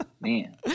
Man